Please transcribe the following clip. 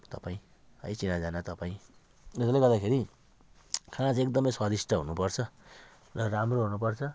तपाईँ है चिना जाना तपाईँ यसले गर्दाखेरि खाना चाहिँ एकदमै स्वादिष्ट हुनु पर्छ र राम्रो हुनु पर्छ